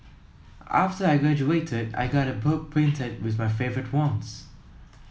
after I graduated I got a book printed with my favourite ones